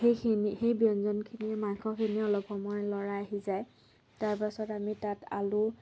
সেইখিনি সেই ব্যঞ্জনখিনি মাংসখিনি অলপ সময় লৰাই সিজাই তাৰ পাছত আমি তাত আলু